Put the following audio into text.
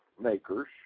makers